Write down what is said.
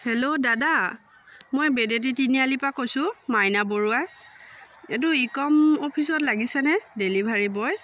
hello দাদা মই বেডেতি তিনিআলিৰ পৰা কৈছোঁ মাইনা বৰুৱা এইটো ই কম অ'ফিচত লাগিছেনে ডেলিভাৰী বয়